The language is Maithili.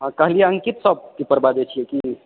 हॅं कहलियै अंकित शॉपकीपर बाजै छियै की